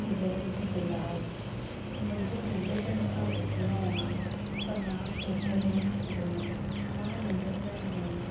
जय झूलेलाल मुंहिंजो नंढपिण खां सुपिनो आहे त मां स्विट्ज़रलैंड घुमां मां नंढपिण में